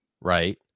right